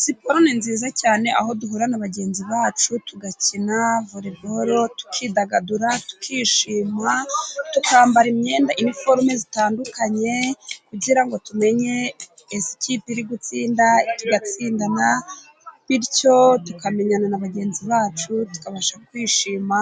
Siporo ni nziza cyane aho duhura na bagenzi bacu tugakina voliboro, tukidagadura tukishima tukambara imyenda, iniforume zitandukanye kugira ngo tumenye izi ikipe, iri gutsinda tugatsindana bityo tukamenyana na bagenzi bacu, tukabasha kwishima